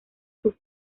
sus